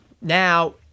Now